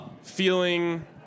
feeling